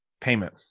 payment